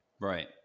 Right